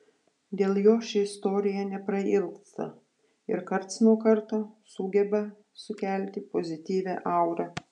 dėl jo ši istorija neprailgsta ir karts nuo karto sugeba sukelti pozityvią aurą